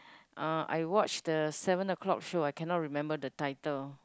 uh I watch the seven o-clock show I cannot remember the title